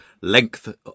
length